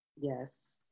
Yes